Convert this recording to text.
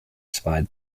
spied